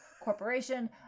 corporation